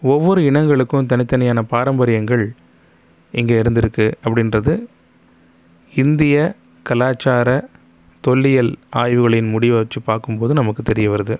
ஒவ்வொரு இனங்களுக்கும் தனித் தனியான பாரம்பரியங்கள் இங்கே இருந்திருக்கு அப்படின்றது இந்தியக் கலாச்சார தொல்லியல் ஆய்வுகளின் முடிவை வச்சு பார்க்கும்போது நமக்குத் தெரிய வருது